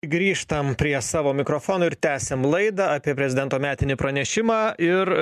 grįžtam prie savo mikrofono ir tęsiam laidą apie prezidento metinį pranešimą ir